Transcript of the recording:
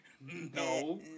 no